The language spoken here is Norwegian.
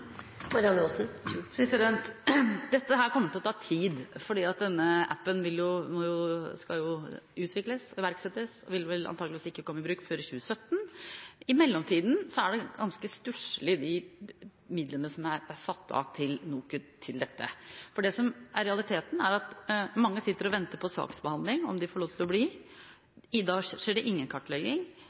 Dette kommer til å ta tid, for denne appen skal jo utvikles og iverksettes, og vil vel antakeligvis ikke komme i bruk før i 2017. I mellomtiden er det ganske stusselig, de midlene som er satt av til NOKUT til dette. Det som er realiteten, er at mange sitter og venter på saksbehandling, om de får lov til å bli. Da skjer det ingen kartlegging.